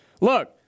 look